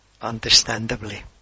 Understandably